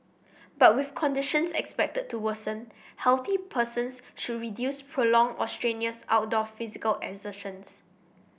but with conditions expected to worsen healthy persons should reduce prolonged or strenuous outdoor physical exertion